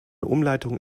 umleitung